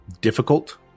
difficult